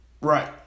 right